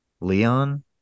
Leon